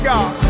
God